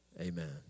Amen